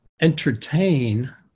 entertain